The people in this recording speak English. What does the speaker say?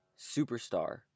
superstar